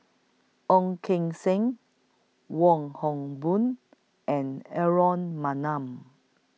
Ong Keng Sen Wong Hock Boon and Aaron Maniam